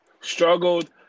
Struggled